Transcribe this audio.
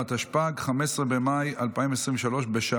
תם